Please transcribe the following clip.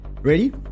Ready